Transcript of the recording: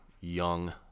young